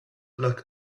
look